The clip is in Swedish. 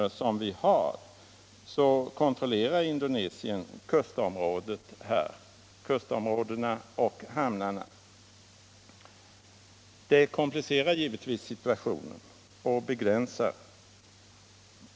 Här skulle Sverige kunna göra en insats; de ekonomiska resurser som regeringen i Mogambique har är, 1S som vi vet, väldigt hårt ansträngda.